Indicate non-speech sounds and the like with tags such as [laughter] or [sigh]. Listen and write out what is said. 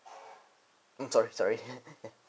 mm sorry sorry [laughs]